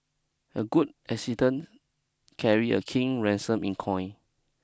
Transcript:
a good assistant carry a king ransom in coin